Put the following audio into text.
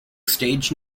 stage